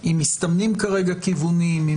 אם מסתמנים כרגע כיוונים,